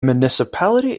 municipality